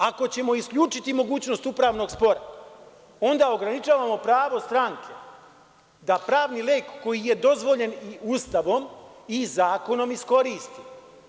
Ako ćemo isključiti mogućnost upravnog spora, onda ograničavamo pravo stranke da pravni lek koji je dozvoljen i Ustavom i zakonom iskoristi.